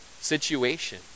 situation